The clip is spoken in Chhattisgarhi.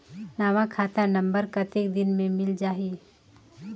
नवा खाता नंबर कतेक दिन मे मिल जाही?